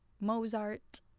Mozart